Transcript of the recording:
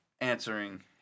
answering